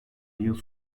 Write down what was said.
yıl